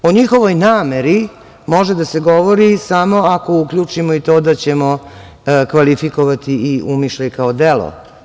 O njihovoj nameri može da se govori samo ako uključimo i to da ćemo kvalifikovati i umišljaj kao delo.